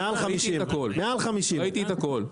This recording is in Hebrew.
מעל 50 מוצרים, מעל 50. ראיתי את הכל.